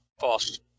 False